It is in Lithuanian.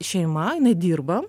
šeima jinai dirba